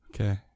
Okay